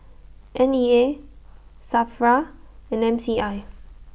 N E A SAFRA and M C I